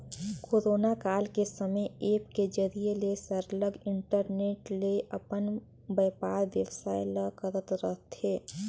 corona काल के समे ऐप के जरिए ले सरलग इंटरनेट ले अपन बयपार बेवसाय ल करत रहथें